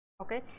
okay